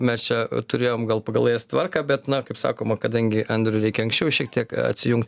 mes čia turėjom gal pagal eilės tvarką bet na kaip sakoma kadangi andriui reikia anksčiau šiek tiek atsijungt